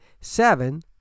Seven